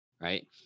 right